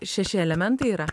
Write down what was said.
šeši elementai yra